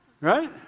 right